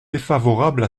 défavorable